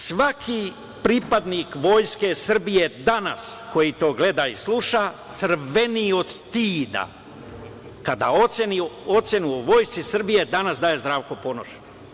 Svaki pripadnik Vojske Srbije danas koji to gleda i sluša crveni od stida kada ocenu o Vojsci Srbije danas daje Zdravko Ponoš.